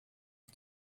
die